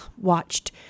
watched